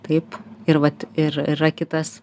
taip ir vat ir yra kitas